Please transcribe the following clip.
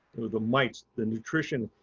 the mites, the nutrition,